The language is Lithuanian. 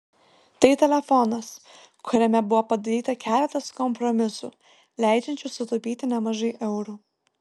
tai telefonas kuriame buvo padaryta keletas kompromisų leidžiančių sutaupyti nemažai eurų